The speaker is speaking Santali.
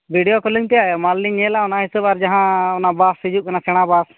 ᱵᱷᱤᱰᱭᱳ ᱠᱚᱞᱤᱝᱛᱮ ᱢᱟᱞ ᱞᱤᱧ ᱧᱮᱞᱟ ᱚᱱᱟ ᱦᱤᱥᱟᱹᱵ ᱟᱨ ᱡᱟᱦᱟᱸ ᱚᱱᱟ ᱵᱟᱥ ᱦᱤᱡᱩᱜ ᱠᱟᱱᱟ ᱥᱮᱬᱟ ᱵᱟᱥ